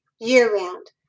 year-round